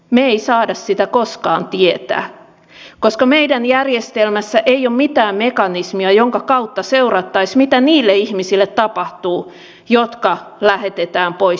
me emme saa sitä koskaan tietää koska meidän järjestelmässämme ei ole mitään mekanismia jonka kautta seurattaisiin mitä tapahtuu niille ihmisille jotka lähetetään pois suomesta